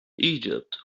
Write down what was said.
egypt